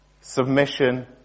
Submission